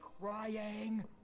crying